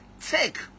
take